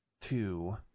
two